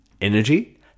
energy